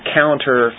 counter